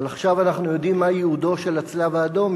אבל עכשיו אנחנו יודעים מה ייעודו של הצלב-האדום.